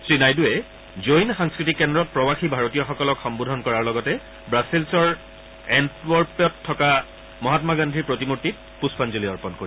শ্ৰীনাইডুৱে জৈন সাংস্কৃতিক কেন্দ্ৰত প্ৰৱাসী ভাৰতীয়সকলক সম্বোধন কৰাৰ লগতে ৱাছেলৰ এণ্টৱেৰ্পত থকা মহাম্মা গান্ধীৰ প্ৰতিমূৰ্তিত পুষ্পাঞ্জিল অৰ্পণ কৰিব